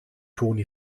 toni